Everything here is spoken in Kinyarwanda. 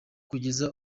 kugeza